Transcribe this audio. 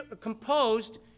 composed